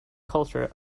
culture